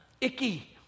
icky